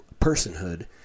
personhood